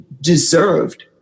deserved